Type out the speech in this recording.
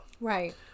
Right